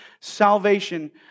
salvation